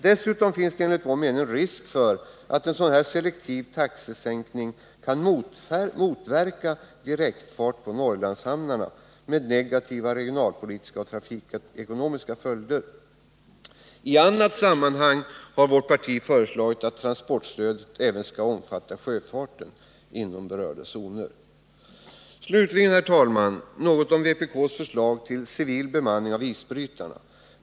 Dessutom finns enligt vår mening risk för att en sådan selektiv taxesänkning kan motverka direktfart på Norrlandshamnarna, med negativa regionalpolitiska och trafikekonomiska följder. I annat sammanhang har vårt parti föreslagit att transportstödet även skall omfatta sjöfarten inom berörda zoner. Herr talman! Till sist vill jag något beröra vpk:s förslag till civil bemanning av isbrytarna.